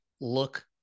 look